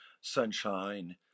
sunshine